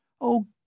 Oh